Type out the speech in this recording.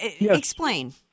explain